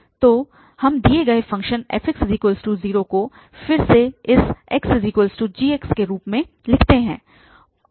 इसलिए हम दिए गए फ़ंक्शन fx 0 को फिर से इस xgx के रूप में लिखते हैं